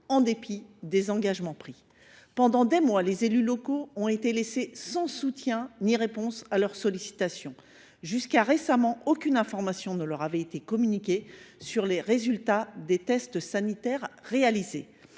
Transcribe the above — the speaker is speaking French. en dépit des engagements pris. Pendant des mois, les élus locaux ont été laissés sans soutien ni réponse à leurs sollicitations. Jusqu’à récemment, aucune information ne leur avait été communiquée sur les résultats des tests sanitaires réalisés.